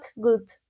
good